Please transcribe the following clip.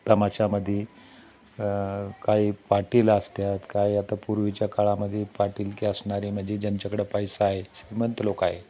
तमाशामध्ये काही पाटील असतात काय आता पूर्वीच्या काळामध्ये पाटिलकी असणारे म्हणजे ज्यांच्याकडे पैसा आहे श्रीमंत लोक आहे